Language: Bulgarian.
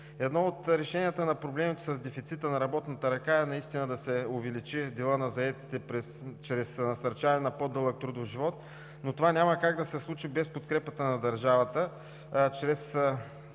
Едно от решенията на проблемите с дефицита на работната ръка е наистина да се увеличи делът на заетите чрез насърчаване на по-дълъг трудов живот, но това няма как да се случи без подкрепата на държавата чрез